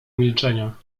milczenia